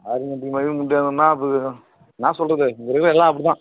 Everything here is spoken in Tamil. ஹாரன் அடிக்கும்போதே ஒடியாந்துன்னா அப்புறம் என்ன சொல்லுறது இங்கே இருக்கிறது எல்லாம் அப்படித்தான்